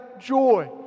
joy